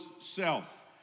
self